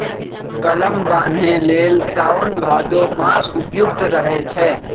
कलम बान्हे लेल साओन भादो मास उपयुक्त रहै छै